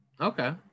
Okay